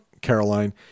Caroline